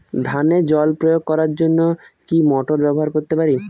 ধানে জল প্রয়োগ করার জন্য কি মোটর ব্যবহার করতে পারি?